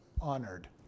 honored